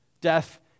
death